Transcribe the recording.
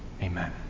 Amen